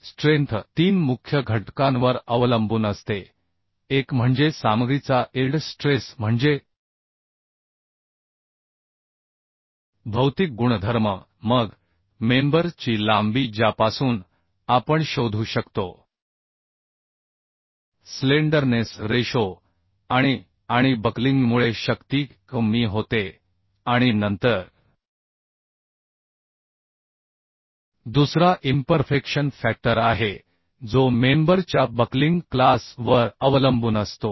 आणि स्ट्रेंथ तीन मुख्य घटकांवर अवलंबून असते एक म्हणजे सामग्रीचा इल्ड स्ट्रेस म्हणजे भौतिक गुणधर्म मग मेंबर ची लांबी ज्यापासून आपण शोधू शकतो स्लेंडरनेस रेशो आणि बक्लिंगमुळे शक्ती कमी होते आणि नंतर दुसरा इम्परफेक्शन फॅक्टर आहे जो मेंबर च्या बक्लिंग क्लास वर अवलंबून असतो